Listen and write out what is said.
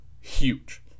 huge